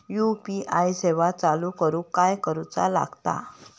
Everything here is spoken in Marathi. यू.पी.आय सेवा चालू करूक काय करूचा लागता?